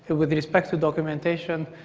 but with respect to documentation,